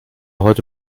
heute